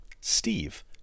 Steve